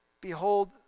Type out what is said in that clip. Behold